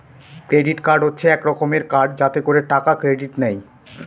credit card হচ্ছে এক রকমের কার্ড যাতে করে টাকা ক্রেডিট নেয়